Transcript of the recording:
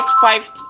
five